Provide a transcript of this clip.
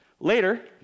Later